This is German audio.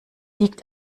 liegt